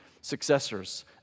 successors